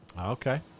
Okay